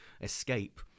escape